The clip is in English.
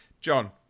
John